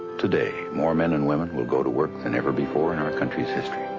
today, more men and women will go to work than ever before in our country's history,